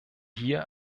hier